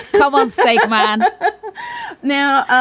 come on stake, man. now, ah